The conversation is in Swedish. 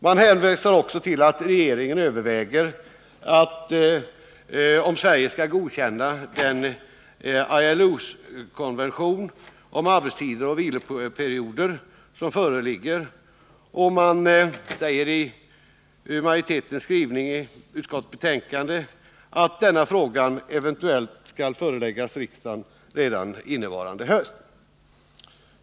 Man hänvisar också till att regeringen överväger om Sverige skall godkänna ILO:s konvention om arbetstider och viloperioder. Utskottsmajoriteten säger i sitt betänkande att denna fråga eventuellt skall föreläggas riksdagen redan i höst.